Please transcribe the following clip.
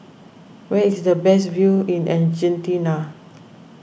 where is the best view in Argentina